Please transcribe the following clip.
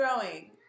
throwing